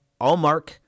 Allmark